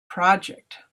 project